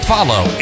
Follow